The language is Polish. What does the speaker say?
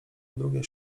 drugie